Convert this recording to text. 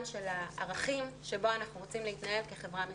של ערכים שבו אנחנו רוצים להתנהל כחברה מתוקנת.